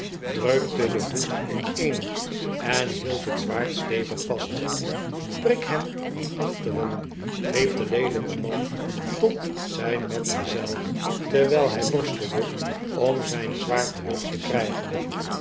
drukte den hoed ineen en hield het zwaard stevig vast rr prik hem van achteren riep de leelijke man tot zijn metgezel terwijl hij worstelde om zijn zwaard terug te krijgen